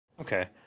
Okay